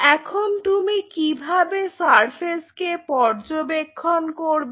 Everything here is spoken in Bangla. এখন তুমি কিভাবে সারফেস কে পর্যবেক্ষণ করবে